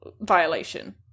Violation